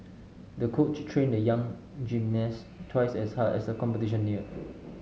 the coach trained the young gymnast twice as hard as the competition neared